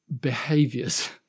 behaviors